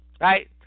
Right